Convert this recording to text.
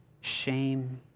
shame